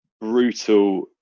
brutal